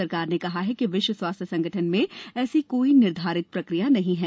सरकार ने कहा है कि विश्व स्वास्थ्य संगठन में ऐसी कोई निर्धारित प्रक्रिया नहीं है